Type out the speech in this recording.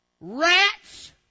rats